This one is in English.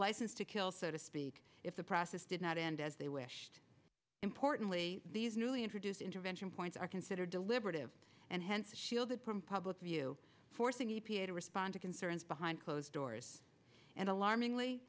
license to kill so to speak if the process did not end as they wished importantly these newly introduced intervention points are considered deliberative and hence shielded from public view forcing e p a to respond to concerns behind closed doors and alarming